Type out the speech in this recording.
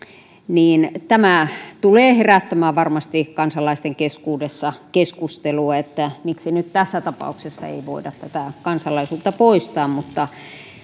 niin tämä tulee varmasti herättämään kansalaisten keskuudessa keskustelua että miksi nyt tässä tapauksessa ei voida kansalaisuutta poistaa